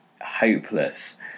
hopeless